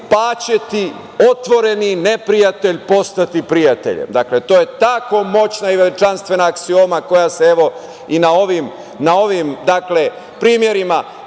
pa će ti otvoreni neprijatelj postati prijatelj. Dakle, to je tako moćna i veličanstvena aksioma koja se i na ovim primerima